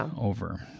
over